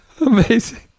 amazing